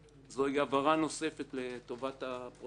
זו הבהרה נוספת לטובת הפרוטוקול.